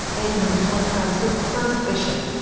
edmund hobhouse was the first bishop.